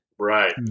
Right